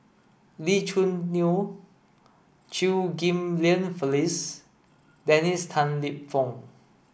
Lee Choo Neo Chew Ghim Lian Phyllis Dennis Tan Lip Fong